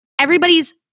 everybody's